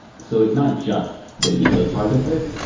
so it's not just the legal part of it,